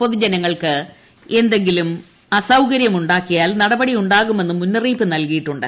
പൊതു ജനങ്ങൾക്ക് എന്തെങ്കിലും അസൌകര്യമുണ്ടാക്കിയാൽ നടപടി ഉണ്ടാകുമെന്ന് മുന്നറിയിപ്പ് നൽകിയിട്ടുണ്ട്